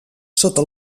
sota